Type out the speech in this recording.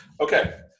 Okay